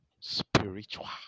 spiritual